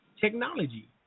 technology